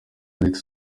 alex